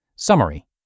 Summary